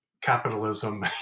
capitalism